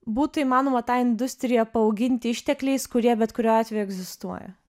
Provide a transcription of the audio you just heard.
būtų įmanoma tą industriją paauginti ištekliais kurie bet kuriuo atveju egzistuoja